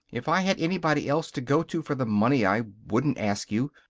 if i had anybody else to go to for the money i wouldn't ask you.